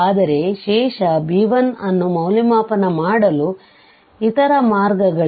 ಆದರೆ ಶೇಷ b1 ಅನ್ನು ಮೌಲ್ಯಮಾಪನ ಮಾಡಲು ಇತರ ಮಾರ್ಗಗಳಿವೆ